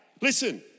Listen